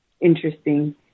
interesting